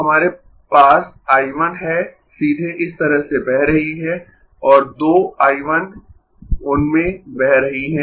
तो हमारे पास I 1 है सीधे इस तरह से बह रही है और 2 I 1 उनमें बह रही है